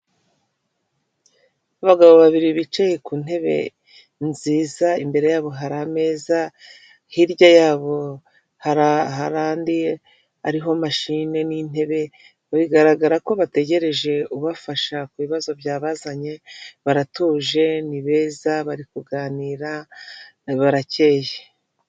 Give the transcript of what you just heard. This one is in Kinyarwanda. Abagabo babiri bicaye ku ntebe nziza imbere yabo hari ameza, hirya yabo hari andi ariho mashine n'intebe. Bigaragara ko bategereje ubafasha ku bibazo byabazanye, baratuje ni beza bari kuganira, barakeye.